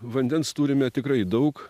vandens turime tikrai daug